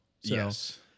Yes